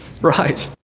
right